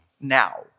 now